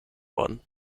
worden